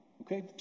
Okay